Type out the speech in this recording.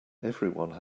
everyone